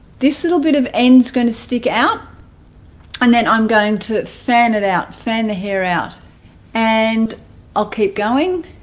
this little bit of ends going to stick out and then i'm going to fan it out fan the hair out and i'll keep going